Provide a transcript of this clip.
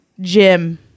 Jim